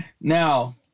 Now